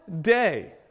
day